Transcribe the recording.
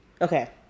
Okay